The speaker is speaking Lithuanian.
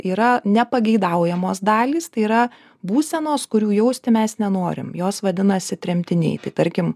yra nepageidaujamos dalys tai yra būsenos kurių jausti mes nenorim jos vadinasi tremtiniai tai tarkim